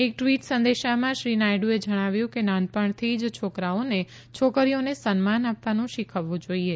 એક ટ્વીટ સંદેશામાં શ્રી નાયડુએ જણાવ્યું છે કે નાનપણથી જ છોકરાઓને છોકરીઓને સન્માન આપવાનું શીખવવું જોઈએ